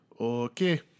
Okay